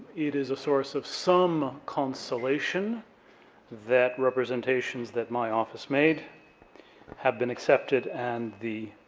it is a source of some consolation that representations that my office made have been accepted, and the